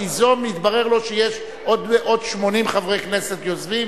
יתברר לו שיש לו עוד 80 חברי כנסת יוזמים,